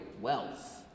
wealth